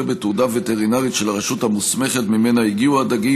בתעודה וטרינרית של הרשות המוסמכת שממנה הגיעו הדגים,